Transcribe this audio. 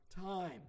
time